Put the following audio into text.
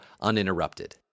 uninterrupted